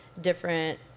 different